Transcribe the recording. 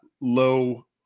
low